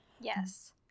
Yes